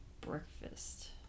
breakfast